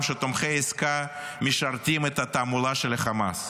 שתומכי העסקה משרתים את התעמולה של החמאס,